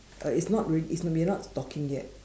uh it's not re~ it's we're not talking yet